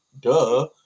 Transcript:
duh